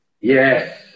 yes